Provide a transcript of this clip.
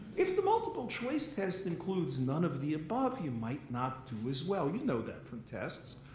if the multiple choice test includes none of the above, you might not do as well. you know that from tests.